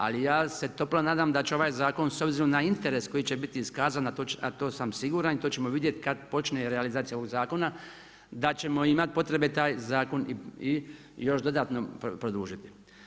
Ali ja se toplo nadam da će ovaj zakon s obzirom na interes koji će biti iskazan, a to sam siguran i to ćemo vidjeti kad počne realizacija ovog zakona da ćemo imat potrebe taj zakon i još dodatno produžiti.